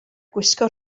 gwisgo